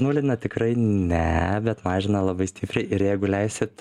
nulina tikrai ne bet mažina labai stipriai ir jeigu leisit